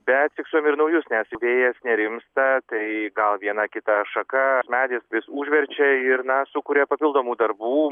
bet tik save ir naujus nes vėjas nerimsta tai gal viena kita šaka medis vis užverčia ir na sukuria papildomų darbų